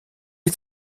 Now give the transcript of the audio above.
est